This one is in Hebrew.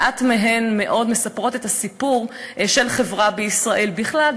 מעט מאוד מהן מספרות את הסיפור של החברה בישראל בכלל,